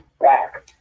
back